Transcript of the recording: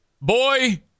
Boy